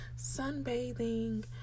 sunbathing